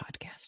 podcast